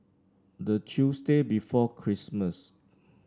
the Tuesday before Christmas